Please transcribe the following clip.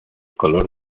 color